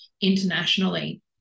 internationally